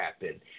happen